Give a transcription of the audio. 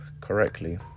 correctly